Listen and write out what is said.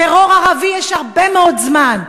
טרור ערבי יש הרבה מאוד זמן.